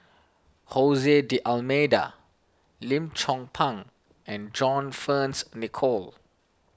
Jose D'Almeida Lim Chong Pang and John Fearns Nicoll